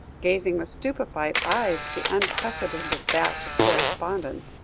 gazing with stupefied eyes at the unprecedented batch of correspondence,